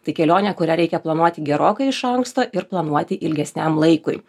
tai kelionė kurią reikia planuoti gerokai iš anksto ir planuoti ilgesniam laikui